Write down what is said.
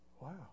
Wow